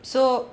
so